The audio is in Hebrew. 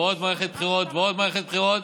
ועוד מערכת בחירות ועוד מערכת בחירות,